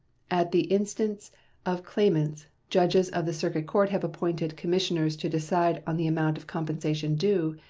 at the instance of claimants, judges of the circuit court have appointed commissioners to decide on the amount of compensation due,